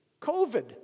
COVID